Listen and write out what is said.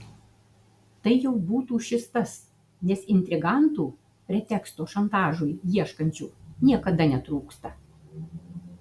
tai jau būtų šis tas nes intrigantų preteksto šantažui ieškančių niekada netrūksta